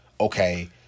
okay